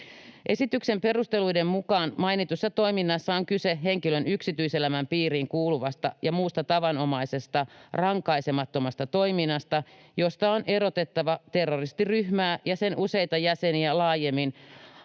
Esityksen perusteluiden mukaan mainitussa toiminnassa on kyse henkilön yksityiselämän piiriin kuuluvasta ja muusta tavanomaisesta rankaisemattomasta toiminnasta, josta on erotettava terroristiryhmää ja sen useita jäseniä laajemmin